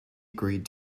agreed